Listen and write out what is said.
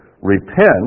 Repent